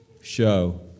show